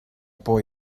por